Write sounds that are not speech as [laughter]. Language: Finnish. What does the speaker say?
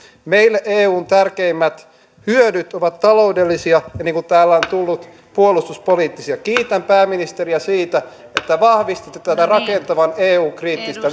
meille eun tärkeimmät hyödyt ovat taloudellisia ja niin kuin täällä on tullut esiin puolustuspoliittisia kiitän pääministeriä siitä että vahvistatte tätä rakentavan eu kriittistä [unintelligible]